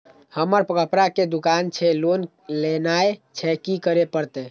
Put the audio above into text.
हमर कपड़ा के दुकान छे लोन लेनाय छै की करे परतै?